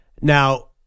Now